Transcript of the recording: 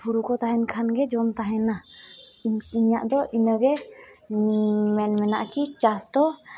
ᱦᱩᱲᱩᱠᱚ ᱛᱟᱦᱮᱱ ᱠᱷᱟᱱᱜᱮ ᱡᱚᱢ ᱛᱟᱦᱮᱱᱟ ᱤᱧᱟᱹᱜᱫᱚ ᱤᱱᱟᱹᱜᱮ ᱢᱮᱱ ᱢᱮᱱᱟᱜᱼᱟ ᱠᱤ ᱪᱟᱥᱫᱚ